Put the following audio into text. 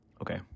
Okay